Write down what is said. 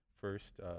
first